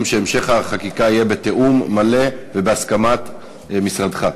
שהמשך החקיקה יהיה בתיאום מלא ובהסכמת משרדך.